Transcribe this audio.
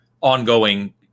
ongoing